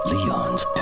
Leon's